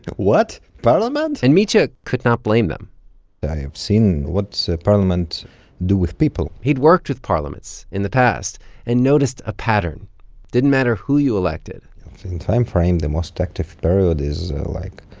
what? parliament? and mitya could not blame them i have seen what so parliament do with people he'd worked with parliaments in the past and noticed a pattern didn't matter who you elected in time frame, the most active third is, like,